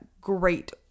great